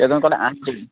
কেইজন ক'লে আঠজন